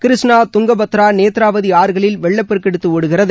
கிருஷ்ணா துங்கபத்ரா நேத்ராவரதி ஆறுகளில் வெள்ளம் பெருக்கெடுத்து ஒடுகிறது